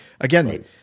again